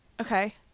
okay